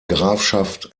grafschaft